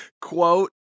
quote